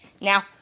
Now